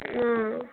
ಹಾಂ